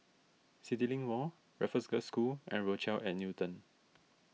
CityLink Mall Raffles Girls' School and Rochelle at Newton